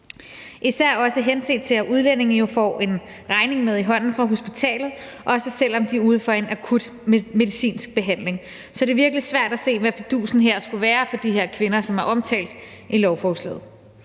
især også henset til, at udlændinge jo får en regning med i hånden fra hospitalet, også selv om de er ude for en akut medicinsk behandling. Så det er virkelig svært at se, hvad fidusen her skulle være for de her kvinder, som er omtalt i lovforslaget.